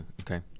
okay